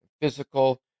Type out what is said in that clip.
physical